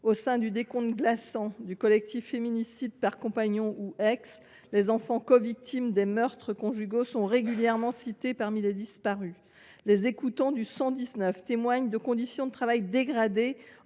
Au sein du décompte glaçant du collectif « Féminicides par compagnons ou ex », les enfants covictimes de meurtres conjugaux sont régulièrement cités parmi les disparus. Les écoutants du 119 témoignent de conditions de travail dégradées